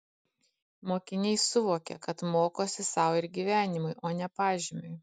mokiniai suvokia kad mokosi sau ir gyvenimui o ne pažymiui